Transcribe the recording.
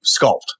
sculpt